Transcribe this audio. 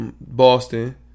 Boston